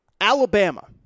Alabama